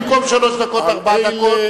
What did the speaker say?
במקום שלוש דקות ארבע דקות,